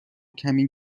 کمی